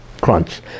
Crunch